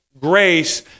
grace